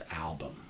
album